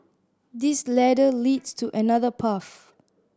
this ladder leads to another path